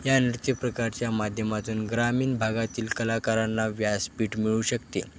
या नृत्य प्रकारच्या माध्यमातून ग्रामीण भागातील कलाकारांना व्यासपीठ मिळू शकते